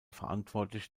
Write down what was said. verantwortlich